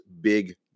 big